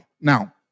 Now